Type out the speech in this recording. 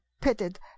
pitted